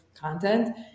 content